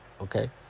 okay